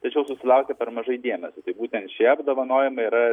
tačiau sulaukia per mažai dėmesio būtent šie apdovanojimai yra